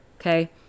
Okay